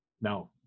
No